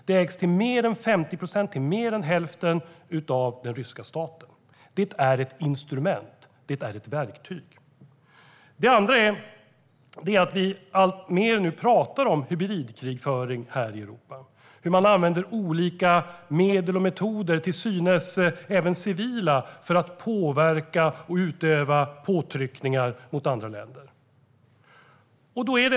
Det ägs till mer än 50 procent, till mer än hälften, av den ryska staten. Det är ett instrument och ett verktyg. För det andra pratar vi nu alltmer om hybridkrigföring här i Europa, hur man använder olika medel och metoder - till synes även civila - för att påverka och utöva påtryckningar på andra länder .